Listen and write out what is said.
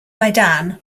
maidan